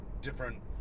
different